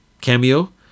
cameo